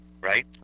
right